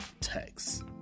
text